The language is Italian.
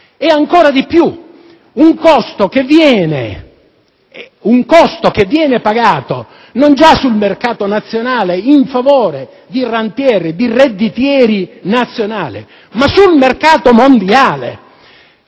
e, ancor di più, di un costo che viene pagato non già sul mercato nazionale in favore di *rentier*, di redditieri nazionali, ma sul mercato mondiale.